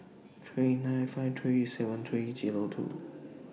three nine five three seven three Zero two